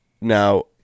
Now